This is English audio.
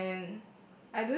and